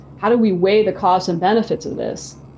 how do we weigh the costs and benefits of this?